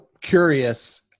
curious